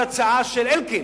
להצעה של אלקין,